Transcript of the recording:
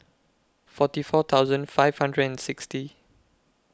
forty four thousand five hundred and sixty